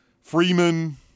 freeman